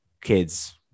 kids